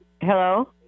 hello